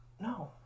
No